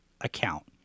account